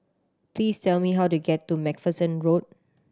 please tell me how to get to Macpherson Road